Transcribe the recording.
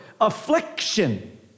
affliction